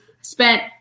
Spent